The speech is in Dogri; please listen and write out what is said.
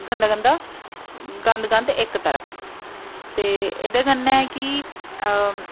गंदा गंदा गंद गंद इक तरफ ते एह्दे कन्नै कि